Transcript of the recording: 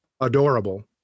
adorable